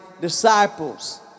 disciples